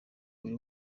buri